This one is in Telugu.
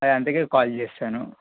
యా అందుకే కాల్ చేసాను